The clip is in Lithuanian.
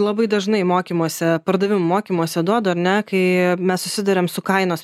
labai dažnai mokymuose pardavimų mokymuose duodu ar ne kai mes susiduriam su kainos